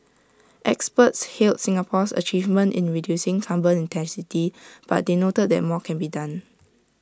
experts hailed Singapore's achievement in reducing carbon intensity but they noted that more can be done